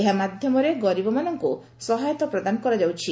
ଏହା ମାଧ୍ୟମରେ ଗରିବମାନଙ୍କୁ ସହାୟତା ପ୍ରଦାନ କରାଯାଉଛି